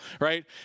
right